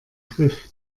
griff